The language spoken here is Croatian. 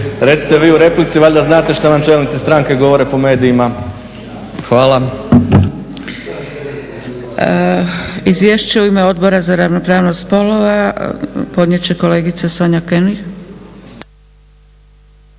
Recite vi u replici, valjda znate što vam čelnici stranke govore po medijima. Hvala. **Zgrebec, Dragica (SDP)** Izvješće u ime Odbora za ravnopravnost spolova podnijet će kolegica Sonja König.